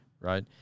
Right